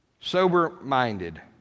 Sober-minded